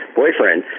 boyfriend